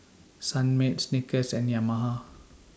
Sunmaid Snickers and Yamaha